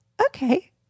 okay